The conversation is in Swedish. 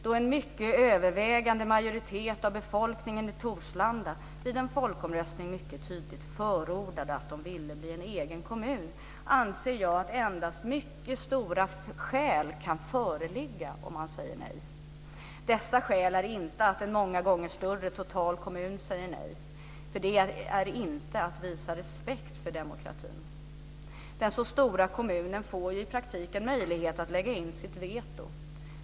Då en mycket övervägande majoritet av befolkningen i Torslanda vid en folkomröstning tydligt förordade att de ville bilda en egen kommun anser jag att endast mycket tunga skäl kan föreligga om man säger nej. Dessa skäl är inte att en många gånger större kommun totalt säger nej, för det är inte att visa respekt för demokratin. Den så stora kommunen får ju i praktiken möjlighet att lägga in sitt veto.